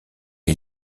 est